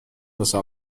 واسه